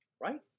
Right